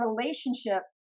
relationship